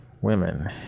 women